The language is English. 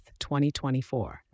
2024